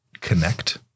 connect